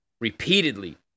repeatedly